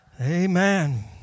Amen